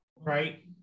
right